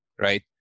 right